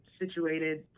Situated